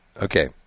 Okay